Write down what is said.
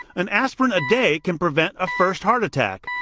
an aspirin a day can prevent a first heart attack.